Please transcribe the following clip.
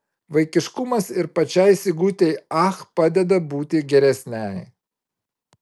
vaikiškumas ir pačiai sigutei ach padeda būti geresnei